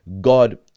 god